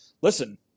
listen